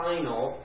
final